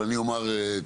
אבל אני אומר כך,